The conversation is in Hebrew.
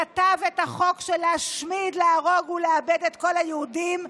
כתב את החוק להשמיד, להרוג ולאבד את כל היהודים,